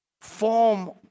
Form